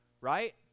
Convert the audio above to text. right